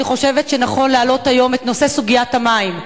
אני חושבת שנכון להעלות היום את סוגיית המים.